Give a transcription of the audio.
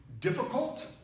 difficult